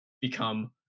become